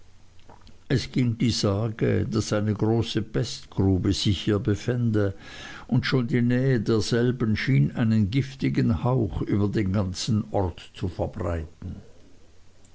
es ging die sage daß eine große pestgrube sich hier befände und schon die nähe derselben schien einen giftigen hauch über den ganzen ort zu verbreiten